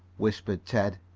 whispered ted.